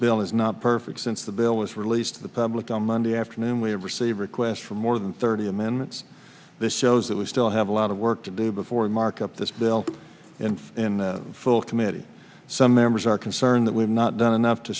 bill is not perfect since the bill was released to the public on monday afternoon we have received requests for more than thirty amendments this shows that we still have a lot of work to do before markup this bill and in full committee some members are concerned that we've not done enough to